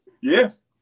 Yes